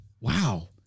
wow